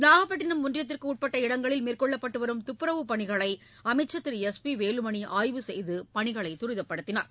நாகப்பட்டினம் ஒன்றியத்திற்கு உட்பட்ட இடங்களில் மேற்கொள்ளப்பட்டு வரும் துப்புரவுப் பணிகளை அமைச்சர் திரு எஸ் பி வேலுமணி ஆய்வு செய்து பணிகளை தரிதப்படுத்தினார்